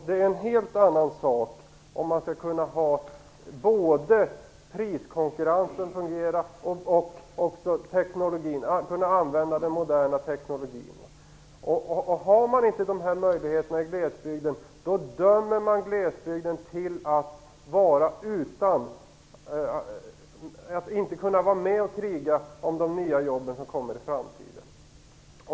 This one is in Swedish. Det är en helt annan sak att kunna ha en fungerande priskonkurrens och att kunna använda den moderna tekniken. Har man inte de här möjligheterna i glesbygden, dömer man glesbygden till att inte kunna vara med och kriga om de nya jobb som kommer i framtiden.